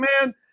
man